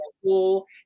school